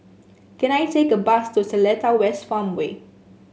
can I take a bus to Seletar West Farmway